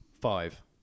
Five